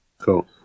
Cool